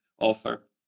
offer